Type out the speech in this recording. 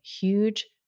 huge